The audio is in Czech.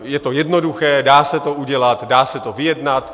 Je to jednoduché, dá se to udělat, dá se to vyjednat.